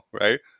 right